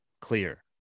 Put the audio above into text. clear